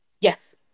Yes